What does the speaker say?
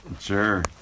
Sure